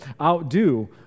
Outdo